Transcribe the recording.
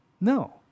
No